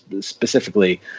specifically